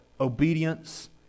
obedience